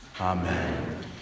Amen